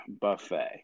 buffet